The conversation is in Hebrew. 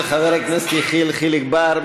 של חבר הכנסת יחיאל חיליק בר,